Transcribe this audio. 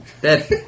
Dead